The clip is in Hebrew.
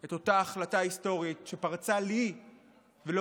את אותה החלטה היסטורית שפרצה לי ולעוד